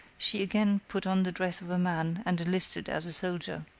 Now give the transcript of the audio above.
she again put on the dress of a man and enlisted as a soldier.